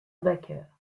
baker